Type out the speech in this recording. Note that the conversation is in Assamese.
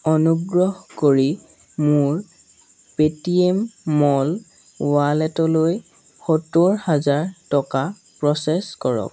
অনুগ্ৰহ কৰি মোৰ পে'টিএম মল ৱালেটলৈ সত্তৰ হাজাৰ টকা প্ৰ'চেছ কৰক